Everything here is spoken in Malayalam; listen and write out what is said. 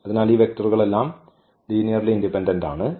അതിനാൽ ഈ വെക്റ്ററുകളെല്ലാം ലീനിയർലി ഇൻഡിപെൻഡന്റ് ആണ്